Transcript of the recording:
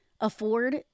afford